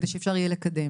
על מנת שאפשר יהיה לקדם.